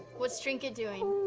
what's trinket doing?